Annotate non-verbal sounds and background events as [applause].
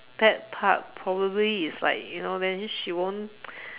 bad part probably is like you know then she won't [breath]